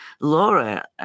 Laura